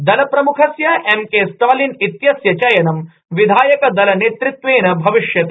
दलप्रम्खस्य M K Stalin एत्यस्य चयनं विधायकदलनेतृत्वेन भविष्यति